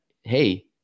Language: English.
hey